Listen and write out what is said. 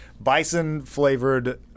bison-flavored